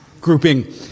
grouping